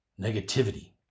Negativity